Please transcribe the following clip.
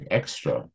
extra